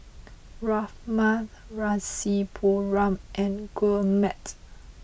Ramnath Rasipuram and Gurmeet